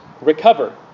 recover